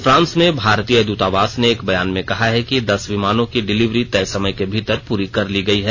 France में भारतीय द्रतावास ने एक बयान मे कहा है कि दस विमानों की डिलीवरी तय समय के भीतर पूरी कर ली गई है